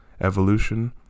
Evolution